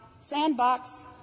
sandbox